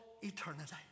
eternity